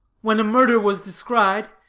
when a murder was descried,